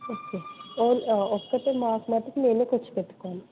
okay ఒ ఒకటే మాకు మటుకు మేము ఖర్చుపెట్టుకోవాలి